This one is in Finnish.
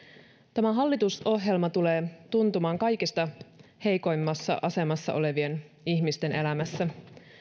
tämä hallitusohjelma tulee tuntumaan kaikista heikoimmassa asemassa olevien ihmisten elämässä